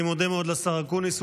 אני מודה מאוד לשר אקוניס,